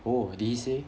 oh did he say